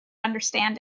understand